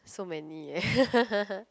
so many eh